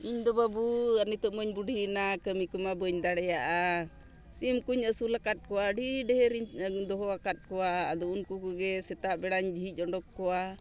ᱤᱧᱫᱚ ᱵᱟᱹᱵᱩ ᱱᱤᱛᱳᱜ ᱢᱟᱧ ᱵᱩᱰᱷᱤ ᱮᱱᱟ ᱠᱟᱹᱢᱤ ᱠᱚᱢᱟ ᱵᱟᱹᱧ ᱫᱟᱲᱮᱭᱟᱜᱼᱟ ᱥᱤᱢ ᱠᱚᱧ ᱟᱹᱥᱩᱞ ᱟᱠᱟᱫ ᱠᱚᱣᱟ ᱟᱹᱰᱤ ᱰᱷᱮᱨ ᱤᱧ ᱫᱚᱦᱚ ᱟᱠᱟᱫ ᱠᱚᱣᱟ ᱟᱫᱚ ᱩᱱᱠᱩ ᱠᱚᱜᱮ ᱥᱮᱛᱟᱜ ᱵᱮᱲᱟᱧ ᱡᱷᱤᱡᱽ ᱩᱰᱩᱠ ᱠᱚᱣᱟ